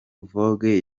vogue